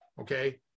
okay